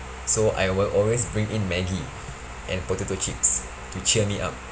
so I will always bring in maggi and potato chips to cheer me up